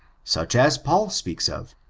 such as paul speaks of,